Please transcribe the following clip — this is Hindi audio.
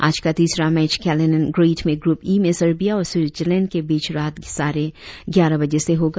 आज का तीसरा मैच कैलिनिन ग्रेड में ग्रप ई में सर्बिया और स्विटजरलैंड के बीच रात साढ़े ग्यारह बजे से होगा